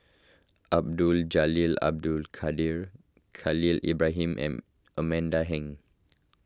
Abdul Jalil Abdul Kadir Khalil Ibrahim and Amanda Heng